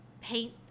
paint